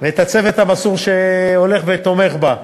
ואת הצוות המסור שהולך ותומך בה,